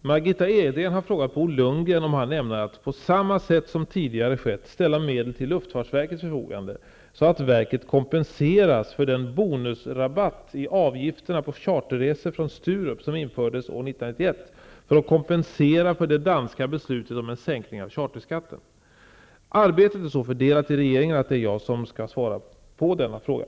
Margitta Edgren har frågat Bo Lundgren om han ämnar att på samma sätt som tidigare skett ställa medel till luftfartsverkets förfogande, så att verket kompenseras för den bonusrabatt i avgifterna vid charterresor från Sturup som infördes år 1991 för att kompensera för det danska beslutet om en sänkning av charterskatten. Arbetet är så fördelat i regeringen att det är jag som skall svara på denna fråga.